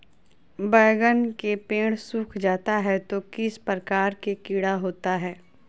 बैगन के पेड़ सूख जाता है तो किस प्रकार के कीड़ा होता है?